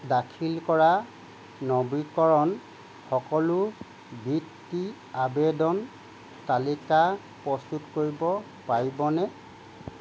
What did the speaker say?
দাখিল কৰা নবীকৰণ সকলো বৃত্তিৰ আবেদনৰ তালিকা প্ৰস্তুত কৰিব পাৰিবনে